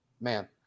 man